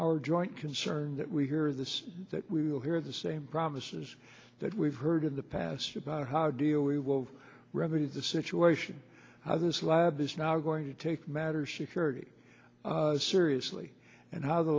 our joint concern that we hear this that we will hear the same promises that we've heard in the past about how do you we will remedy the situation how this lab is not going to take matters she carry seriously and how the